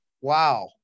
Wow